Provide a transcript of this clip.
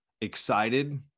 excited